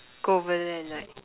go over there and like